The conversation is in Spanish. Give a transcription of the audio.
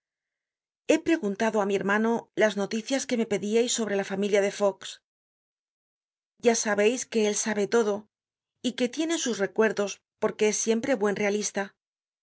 he preguntado á mi hermano las noticias que me pediais sobre la familia de faux ya sabeis que él sabe de todo y que tiene sus recuerdos porque es siempre buen realista los